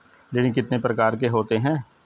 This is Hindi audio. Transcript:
ऋण कितने प्रकार के होते हैं?